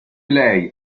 lei